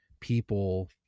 people